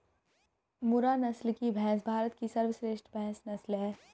मुर्रा नस्ल की भैंस भारत की सर्वश्रेष्ठ भैंस नस्ल है